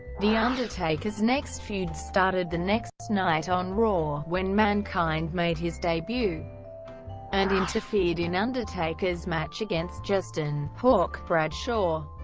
the undertaker's next feud started the next night on raw, when mankind made his debut and interfered in undertaker's match against justin hawk bradshaw.